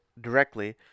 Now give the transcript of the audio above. directly